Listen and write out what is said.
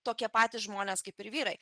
tokie patys žmonės kaip ir vyrai